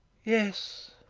yes,